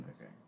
Okay